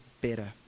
better